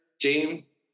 James